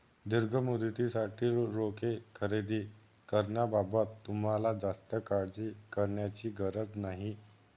दीर्घ मुदतीसाठी रोखे खरेदी करण्याबाबत तुम्हाला जास्त काळजी करण्याची गरज नाही